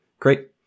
Great